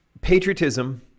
patriotism